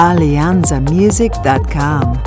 Alianzamusic.com